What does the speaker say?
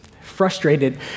frustrated